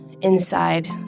inside